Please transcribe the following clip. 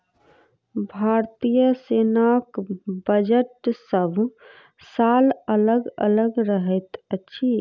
भारतीय सेनाक बजट सभ साल अलग अलग रहैत अछि